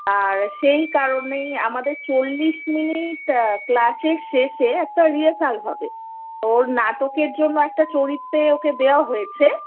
আর সেই কারণেই আমাদের চল্লিশ মিনিট ক্লাসের শেষে একটা রিহার্সাল হবে ওর নাটকের জন্য একটা চরিত্রে ওকে দেয়া হয়েছে